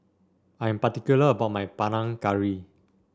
I am particular about my Panang Curry